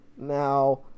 Now